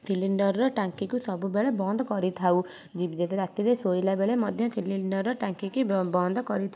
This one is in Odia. ସିଲିଣ୍ଡରର ଟାଙ୍କିକୁ ସବୁବେଳେ ବନ୍ଦ କରିଥାଉ ଯେବେ ରାତିରେ ଶୋଇଲାବେଳେ ମଧ୍ୟ ସିଲିଣ୍ଡରର ଟାଙ୍କିକି ବନ୍ଦ କରି